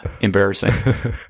embarrassing